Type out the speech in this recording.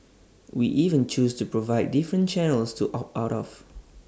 we even choose to provide different channels to opt out of